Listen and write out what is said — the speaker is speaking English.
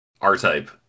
r-type